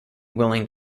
willing